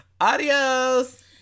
Adios